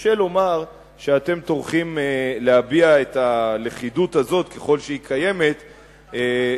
וקשה לומר שאתם טורחים להביע את הלכידות הזאת ככל שהיא קיימת אצלכם,